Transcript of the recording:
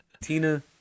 Tina